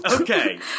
Okay